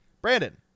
Brandon